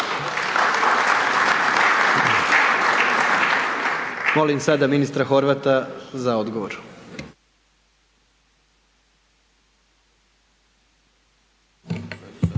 Molim sada ministra Horvata za odgovor.